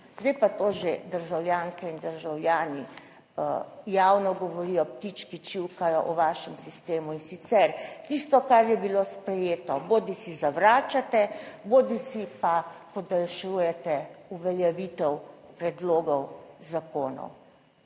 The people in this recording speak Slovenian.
zdaj pa to že državljanke in državljani javno govorijo, ptički čivkajo v vašem sistemu in sicer, tisto kar je bilo sprejeto, bodisi zavračate bodisi pa podaljšujete uveljavitev predlogov zakonov.